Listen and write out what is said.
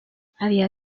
había